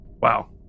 Wow